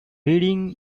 reading